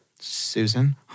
Susan